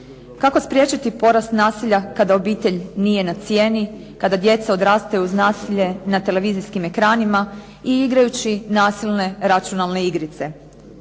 Kako spriječiti porast nasilja kada obitelj nije na cijeni, kada djeca odrastaju uz nasilje na televizijskim ekranima i igrajući nasilne računalne igrice.